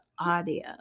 audio